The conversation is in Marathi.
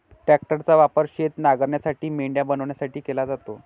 ट्रॅक्टरचा वापर शेत नांगरण्यासाठी, मेंढ्या बनवण्यासाठी केला जातो